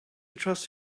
trust